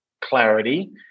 clarity